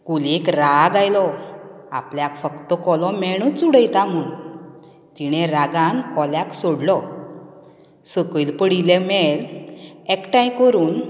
कोलयेक राग आयलो आपल्याक फक्त कोलो मेणूच उडयता म्हणून तिणें रागान कोल्याक सोडलो सकयल पडिल्लें मेण एकठांय करून